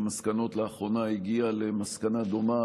מסקנות לאחרונה הגיעה למסקנה דומה,